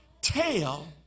Tell